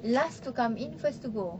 last to come it first to go